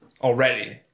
already